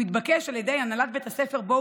והוא התבקש על ידי הנהלת בית הספר שבו